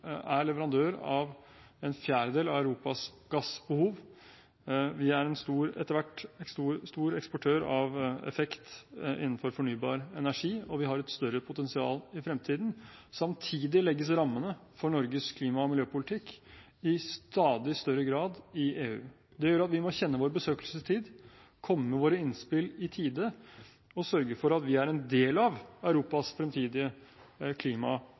er leverandør for en fjerdedel av Europas gassbehov. Vi er – etter hvert – en stor eksportør av effekt innenfor fornybar energi, og vi har et større potensial i fremtiden. Samtidig legges rammene for Norges klima- og miljøpolitikk i stadig større grad i EU. Det gjør at vi må kjenne vår besøkelsestid, komme med våre innspill i tide og sørge for at vi er en del av Europas fremtidige klima-